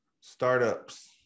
startups